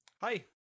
hi